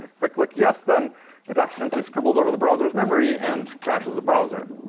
if i click yes, then it accidentally scribbled over the browser's memory and crashes the browser.